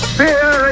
fear